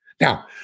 Now